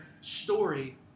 story